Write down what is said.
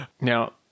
Now